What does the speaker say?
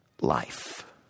Life